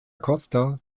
costa